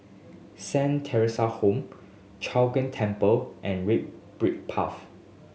Saint Theresa's Home Chong Ghee Temple and Red Brick Path